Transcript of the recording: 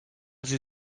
sie